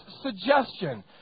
suggestion